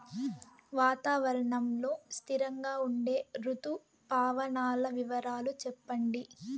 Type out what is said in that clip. వాతావరణం లో స్థిరంగా ఉండే రుతు పవనాల వివరాలు చెప్పండి?